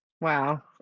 wow